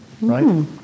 right